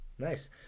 Nice